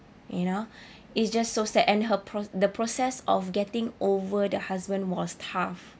you know it's just so sad and her pro~ the process of getting over the husband was tough